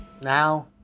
Now